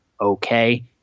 Okay